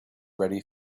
ready